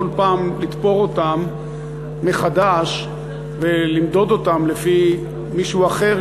פעם לתפור אותם מחדש ולמדוד אותם לפי מישהו אחר